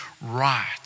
right